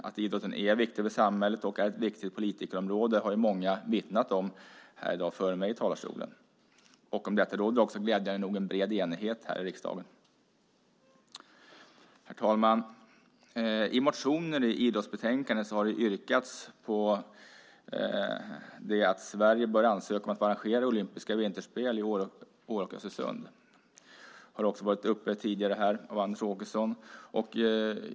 Att idrotten är viktig för samhället och ett viktigt politikområde har många vittnat om före mig i talarstolen i dag. Om detta råder glädjande nog också en bred enighet här i riksdagen. Herr talman! I motioner som behandlas i detta idrottsbetänkande har det yrkats att Sverige bör ansöka om att få arrangera olympiska vinterspel i Åre och Östersund. Detta har också tagits upp här tidigare av Anders Åkesson.